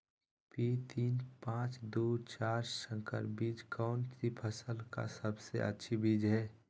P तीन पांच दू चार संकर बीज कौन सी फसल का सबसे अच्छी बीज है?